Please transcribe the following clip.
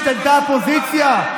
השתנתה הפוזיציה?